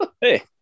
Hey